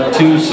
two